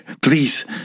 Please